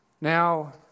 Now